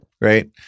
Right